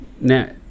Now